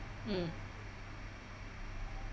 mm